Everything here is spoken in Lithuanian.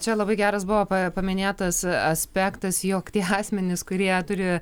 čia labai geras buvo paminėtas aspektas jog tie asmenys kurie turi